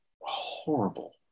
horrible